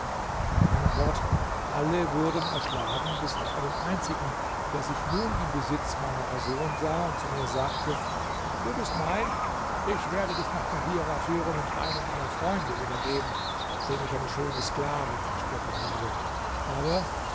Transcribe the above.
mit einem wort alle wurden erschlagen bis auf einen einzigen der sich nun im besitz meiner person sah und zu mir sagte du bist mein ich werde dich nach kahirah führen und einem meiner freunde übergeben dem ich eine schöne sklavin versprochen habe aber